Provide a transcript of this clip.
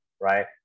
right